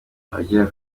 abagera